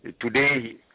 today